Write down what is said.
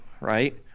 right